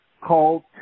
called